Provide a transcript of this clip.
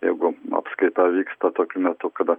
jeigu apskaita vyksta tokiu metu kada